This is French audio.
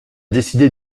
décidé